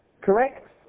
Correct